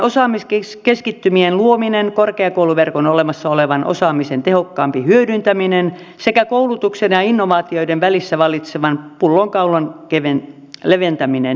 uusien osaamiskeskittymien luominen korkeakouluverkon olemassa olevan osaamisen tehokkaampi hyödyntäminen sekä koulutuksen ja innovaatioiden välissä vallitsevan pullonkaulan leventäminen